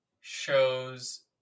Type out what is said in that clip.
shows